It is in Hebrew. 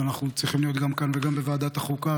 שאנחנו צריכים להיות גם כאן וגם בוועדת החוקה,